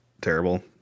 terrible